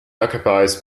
occupies